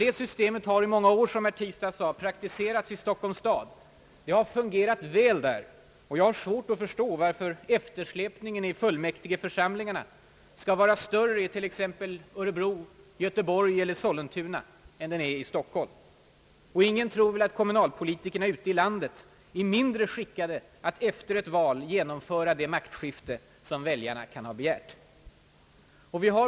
Detta system har nämligen, såsom herr ”Tistad sade, under många år praktiserats i Stockholms stad. Det har fungerat väl där, och jag har svårt att förstå varför eftersläpningen i fullmäktigeförsamlingarna skall vara större i t.ex. Örebro, Göteborg och Sollentuna än den är i Stockholm. Ingen tror väl heller att kommunalpolitikerna ute i landet är mindre skickade att efter ett val genomföra det maktskifte som väljarna kan ha begärt.